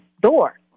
door